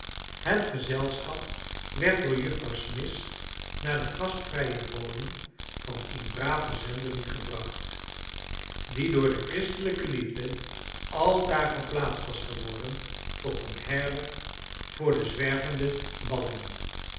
het gezelschap werd door juffrouw smith naar de gastvrije woning van een braven zendeling gebracht die door de christelijke liefde aldaar geplaatst was geworden tot een herder voor de zwervende ballingen